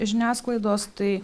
žiniasklaidos tai